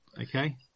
okay